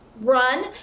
run